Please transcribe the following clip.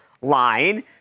line